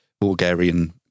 Bulgarian